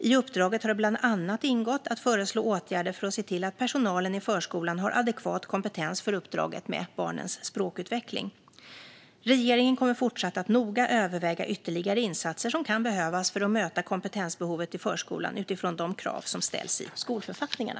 I uppdraget har det bland annat ingått att föreslå åtgärder för att se till att personalen i förskolan har adekvat kompetens för uppdraget med barnens språkutveckling. Regeringen kommer fortsatt att noga överväga ytterligare insatser som kan behövas för att möta kompetensbehovet i förskolan utifrån de krav som ställs i skolförfattningarna.